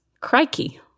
Crikey